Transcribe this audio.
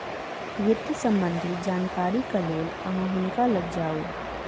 वित्त सम्बन्धी जानकारीक लेल अहाँ हुनका लग जाऊ